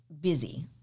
busy